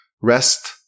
rest